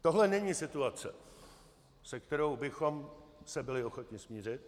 Tohle není situace, se kterou bychom se byli ochotni smířit.